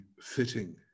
fitting